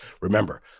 Remember